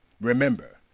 remember